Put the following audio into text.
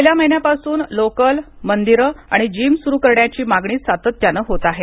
गेल्या महिन्यांपासून लोकल मंदिर आणि जीम सुरु करण्याची मागणी सातत्यानं होत आहे